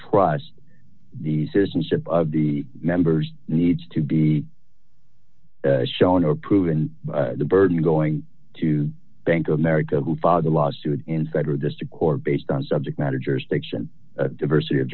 trust the citizenship of the members needs to be shown or proved and the burden going to bank of america who filed the lawsuit in federal district court based on subject matter jurisdiction diversity of